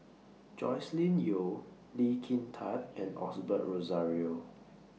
Joscelin Yeo Lee Kin Tat and Osbert Rozario